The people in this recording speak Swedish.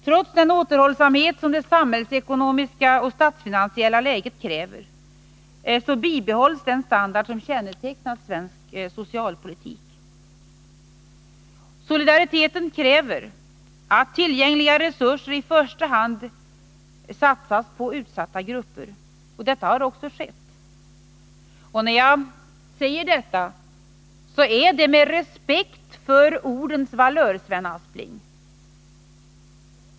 Trots den återhållsamhet som det samhällsekonomiska och statsfinansiella läget kräver bibehålls den standard som kännetecknar svensk socialpolitik. Solidariteten kräver att tillgängliga resurser satsas i första hand på utsatta grupper. Detta har också skett. Och när jag säger detta är det med respekt för ordens valör, Sven Aspling.